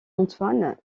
antoine